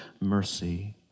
mercy